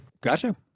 Gotcha